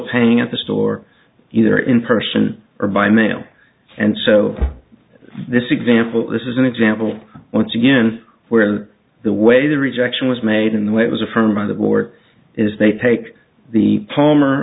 paying at the store either in person or by mail and so this example this is an example once again where the way the rejection was made in the way it was affirmed by the board is they take the palmer